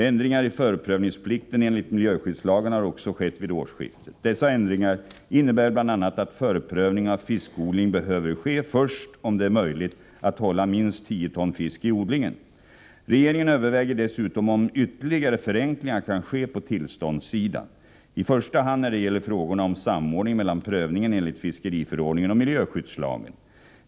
Ändringar i förprövningsplikten enligt miljöskyddslagen har också skett vid årsskiftet. Dessa ändringar innebär bl.a. att förprövning av fiskodling behöver ske först om det är möjligt att hålla minst 10 ton fisk i odlingen. Regeringen överväger dessutom om ytterligare förenklingar kan ske på tillståndssidan, i första hand när det gäller frågorna om samordning mellan prövningen enligt fiskeriförordningen och miljöskyddslagen.